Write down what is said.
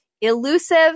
elusive